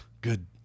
Good